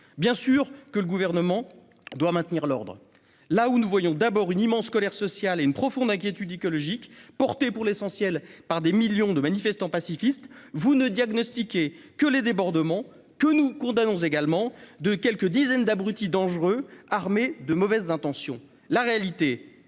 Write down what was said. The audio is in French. bien manichéen. Le Gouvernement doit bien sûr maintenir l'ordre. Là où nous percevons avant tout une immense colère sociale et une profonde inquiétude écologique relayées, pour l'essentiel, par des millions de manifestants pacifistes, vous ne retenez que les débordements, que nous condamnons également, de quelques dizaines d'abrutis dangereux armés de mauvaises intentions. En réalité,